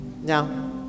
Now